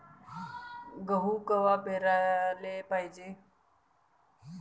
गहू कवा पेराले पायजे?